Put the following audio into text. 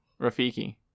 Rafiki